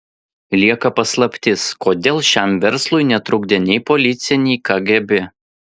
lieka paslaptis kodėl šiam verslui netrukdė nei policija nei kgb